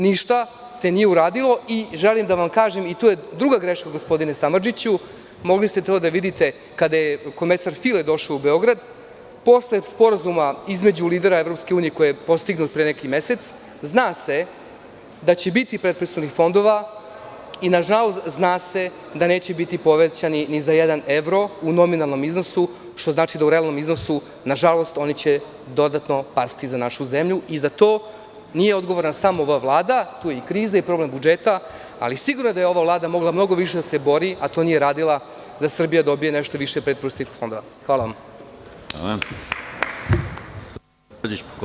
Ništa se nije uradilo i želim da vam kažem, i to je druga greška, gospodine Samardžiću, mogli ste to da vidite kada je komesar File došao u Beograd, posle sporazuma između lidera EU koje je postignut pre neki mesec, zna se da će biti predpristupnih fondova i, nažalost, zna se da neće biti povećani ni za jedan evro u nominalnom iznosu, što znači da u realnom iznosu, nažalost, oni će dodatno pasti za našu zemlju i za to nije odgovorna samo ova vlada, tu je i kriza i problem budžeta, ali sigurno da je ova vlada mogla mnogo više da se bori, a to nije radila, da Srbija dobije nešto više predpristupnih fondova.